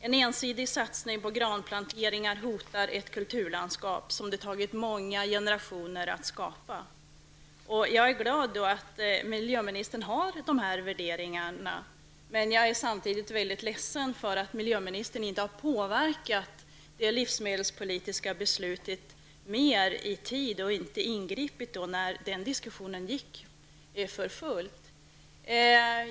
En ensidig satsning på granplanteringar hotar det kulturlandskap som det tagit många generationer att skapa. Jag är glad att miljöministern har dessa värderingar, men samtidigt mycket ledsen för att miljöministern inte i tid påverkade det livsmedelspolitiska beslutet, dvs. medan diskussionen om detta pågick för fullt.